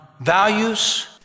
values